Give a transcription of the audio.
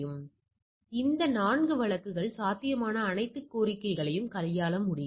எனவே இந்த 4 வழக்குகள் சாத்தியமான அனைத்து சேர்க்கைகளையும் கையாள முடியும்